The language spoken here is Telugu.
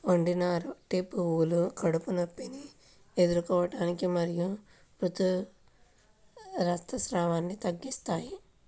వండిన అరటి పువ్వులు కడుపు నొప్పిని ఎదుర్కోవటానికి మరియు ఋతు రక్తస్రావాన్ని తగ్గిస్తాయి